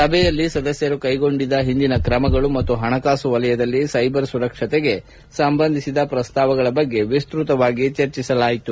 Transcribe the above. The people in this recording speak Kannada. ಸಭೆಯಲ್ಲಿ ಸದಸ್ಕರು ಕೈಗೊಂಡಿದ್ದ ಹಿಂದಿನ ಕ್ರಮಗಳು ಮತ್ತು ಹಣಕಾಸು ವಲಯದಲ್ಲಿ ಸೈಬರ್ ಸುರಕ್ಷತೆಗೆ ಸಂಬಂಧಿಸಿದ ಪ್ರಸ್ತಾವಗಳ ಬಗ್ಗೆ ವಿಸ್ತೃತ ಚರ್ಜೆ ನಡೆಸಲಾಯಿತು